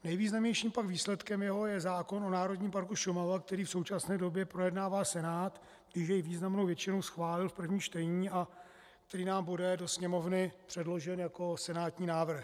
Nejvýznamnějším jeho výsledkem je pak zákon o Národním parku Šumava, který v současné době projednává Senát, který jej významnou většinou schválil v prvním čtení a který nám bude do Sněmovny předložen jako senátní návrh.